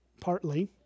partly